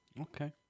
Okay